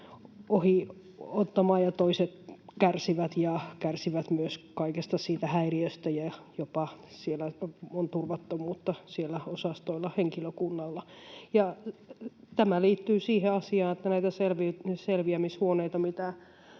ohi ottamaan ja toiset kärsivät ja kärsivät myös kaikesta siitä häiriöstä ja että jopa on turvattomuutta siellä osastoilla henkilökunnalla. Tämä liittyy siihen asiaan, että näitä selviämishuoneita,